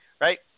right